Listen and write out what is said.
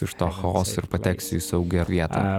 iš to chaoso ir pateksiu į saugią vietą